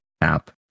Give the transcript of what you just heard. app